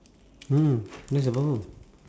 mm that's the problem